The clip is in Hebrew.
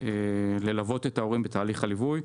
ללוות את ההורים בתהליך הליווי.